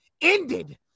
ended